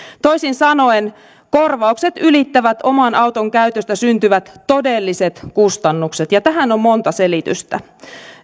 toisin sanoen korvaukset ylittävät oman auton käytöstä syntyvät todelliset kustannukset ja tähän on monta selitystä